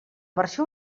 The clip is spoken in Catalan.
versió